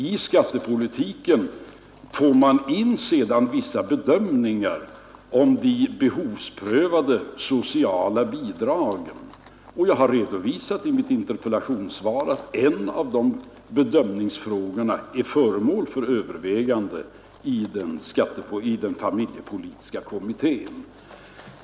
I skattepolitiken kommer därutöver också in vissa bedömningar om de behovsprövade sociala bidragen, och jag har i mitt interpellationssvar redovisat att en av dessa bedömningsfrågor är föremål för övervägande i familjepolitiska kommittén.